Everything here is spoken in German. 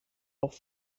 auch